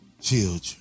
children